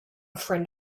friend